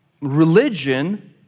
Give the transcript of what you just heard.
religion